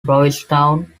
provincetown